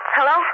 Hello